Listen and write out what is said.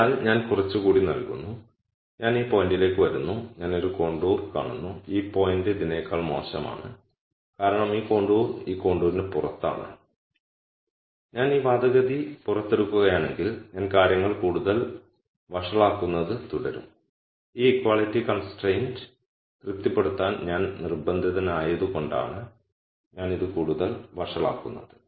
അതിനാൽ ഞാൻ കുറച്ച് കൂടി നൽകുന്നു ഞാൻ ഈ പോയിന്റിലേക്ക് വരുന്നു ഞാൻ ഒരു കോണ്ടൂർ കാണുന്നു ഈ പോയിന്റ് ഇതിനേക്കാൾ മോശമാണ് കാരണം ഈ കോണ്ടൂർ ഈ കോണ്ടറിന് പുറത്താണ് ഞാൻ ഈ വാദഗതി പുറത്തെടുക്കുകയാണെങ്കിൽ ഞാൻ കാര്യങ്ങൾ കൂടുതൽ വഷളാക്കുന്നത് തുടരും ഈ ഇക്വാളിറ്റി കൺസ്ട്രയിന്റ് തൃപ്തിപ്പെടുത്താൻ ഞാൻ നിർബന്ധിതനായതുകൊണ്ടാണ് ഞാൻ ഇത് കൂടുതൽ വഷളാക്കുന്നത്